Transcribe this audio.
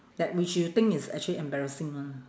that which you think is actually embarrassing [one]